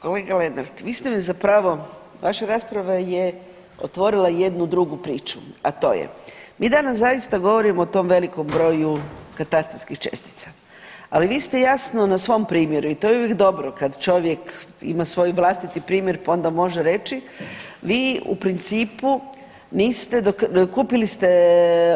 Kolega Lenart vi ste me zapravo, vaša rasprava je otvorila jednu drugu priču, a to je mi danas zaista govorimo o tom velikom broju katastarskih čestica, ali vi ste jasno na svom primjeru i to je uvijek dobro kad čovjek ima svoj vlastiti primjer pa ona može reći, vi u principu niste, kupili ste